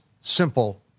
simple